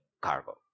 cargo